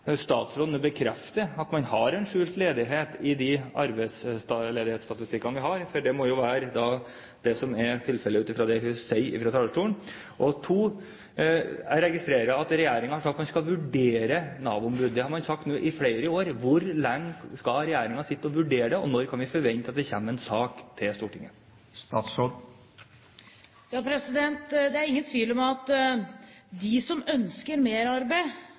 statsråden bekrefter at man har en skjult ledighet i de arbeidsledighetsstatistikkene vi har – det må jo være tilfellet ut fra det hun sa fra talerstolen – og for det andre registrerer jeg at regjeringen har sagt at man skal vurdere et Nav-ombud. Det har man sagt i flere år. Hvor lenge skal regjeringen sitte og vurdere? Når kan vi forvente at det kommer en sak til Stortinget? Det er ingen tvil om at de som ønsker mer arbeid